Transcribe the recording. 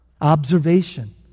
Observation